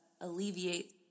alleviate